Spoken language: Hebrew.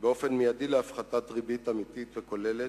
מייד להפחתת ריבית אמיתית וכוללת,